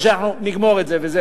כספים, או שאנחנו נגמור את זה וזהו?